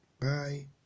bye